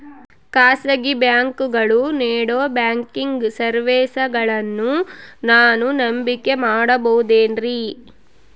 ಖಾಸಗಿ ಬ್ಯಾಂಕುಗಳು ನೇಡೋ ಬ್ಯಾಂಕಿಗ್ ಸರ್ವೇಸಗಳನ್ನು ನಾನು ನಂಬಿಕೆ ಮಾಡಬಹುದೇನ್ರಿ?